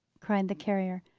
cried the carrier.